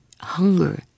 hunger